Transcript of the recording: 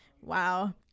wow